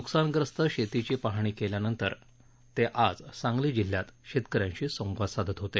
न्कसानग्रस्त शेतीची पाहणी केल्यानंतर ते आज सांगली जिल्ह्यात शेतकऱ्यांशी संवाद साधत होते